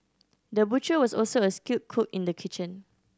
the butcher was also a skilled cook in the kitchen